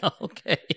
Okay